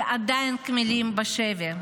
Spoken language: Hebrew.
שעדיין קמלים בשבי.